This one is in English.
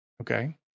Okay